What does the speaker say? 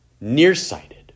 nearsighted